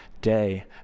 day